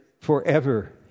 forever